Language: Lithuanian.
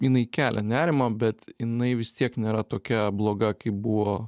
jinai kelia nerimą bet jinai vis tiek nėra tokia bloga kaip buvo